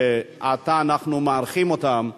שעתה אנחנו מארחים אותם,